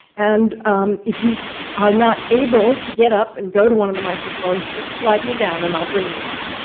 and if you are not able to get up and go to one of the microphones, just flag me down, and i'll bring you one.